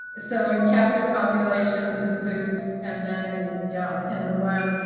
so in captive populations in zoos and then yeah in the wild.